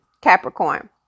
Capricorn